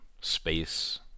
space